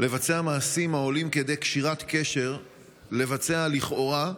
לבצע מעשים העולים כדי קשירת קשר לבצע, לכאורה,